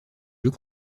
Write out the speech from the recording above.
jeux